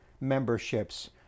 memberships